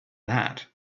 that